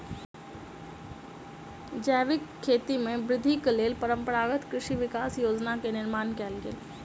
जैविक खेती में वृद्धिक लेल परंपरागत कृषि विकास योजना के निर्माण कयल गेल